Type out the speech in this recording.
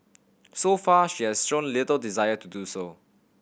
so far she has shown little desire to do so